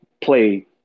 play